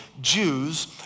Jews